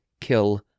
Kill